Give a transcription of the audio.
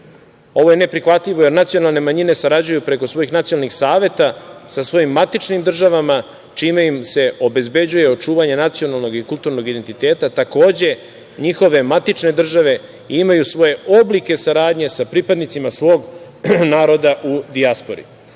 Ovo je neprihvatljivo jer nacionalne manjine sarađuju preko svojih nacionalnih saveta sa svojim matičnim državama čime im se obezbeđuje čuvanje nacionalnog i kulturnog identiteta, takođe, njihove matične države i imaju svoje oblike saradnje sa pripadnicima svog naroda u dijaspori. Srbija